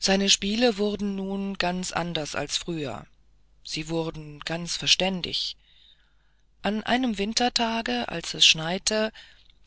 seine spiele wurden nun ganz anders als früher sie wurden ganz verständig an einem wintertage als es schneite